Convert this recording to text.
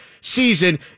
season